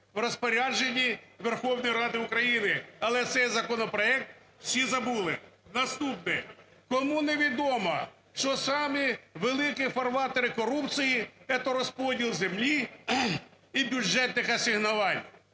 в розпорядженні Верховної Ради України. Але цей законопроект всі забули. Наступне. Кому невідомо, що самі великі фарватери корупції – это розподіл землі і бюджетних асигнувань.